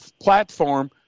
platform